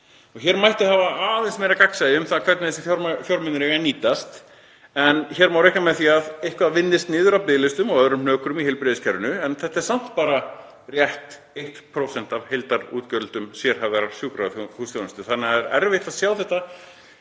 Hér mætti hafa aðeins meira gagnsæi um það hvernig þessir fjármunir eiga að nýtast en hér má þó reikna með því að eitthvað vinnist niður af biðlistum og öðrum hnökrum í heilbrigðiskerfinu. Þetta er samt bara rétt rúmt 1% af heildarútgjöldum sérhæfðrar sjúkrahúsþjónustu þannig að það er erfitt að sjá þetta